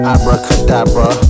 Abracadabra